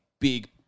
big